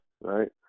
right